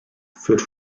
führt